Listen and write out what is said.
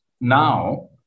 now